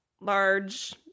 large